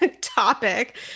topic